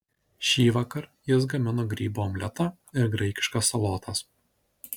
šįvakar jis gamino grybų omletą ir graikiškas salotas